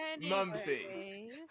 Mumsy